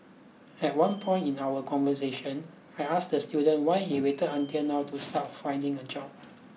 at one point in our conversation I asked the student why he waited until now to start finding a job